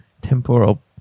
temporal